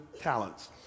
talents